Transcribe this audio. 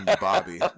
Bobby